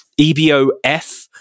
EBOF